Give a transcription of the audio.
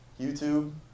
YouTube